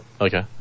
Okay